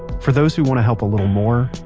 for those who want to help a little more,